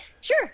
sure